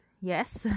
yes